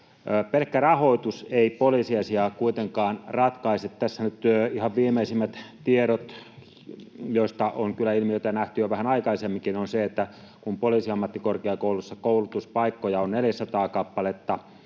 Pelkkä rahoitus ei poliisiasiaa kuitenkaan ratkaise. Tässä nyt ihan viimeisimmät tiedot, joista on kyllä ilmiötä nähty jo vähän aikaisemminkin, ovat, että kun Poliisiammattikorkeakoulussa koulutuspaikkoja on 400 kappaletta